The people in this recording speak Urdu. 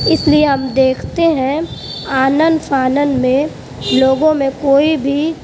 اس لئے ہم دیکھتے ہیں آناً فاناً میں لوگوں میں کوئی بھی